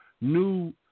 new